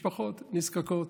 משפחות נזקקות.